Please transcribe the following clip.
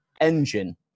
engine